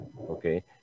okay